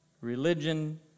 religion